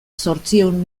zortziehun